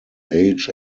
age